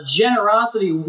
generosity